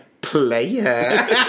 Player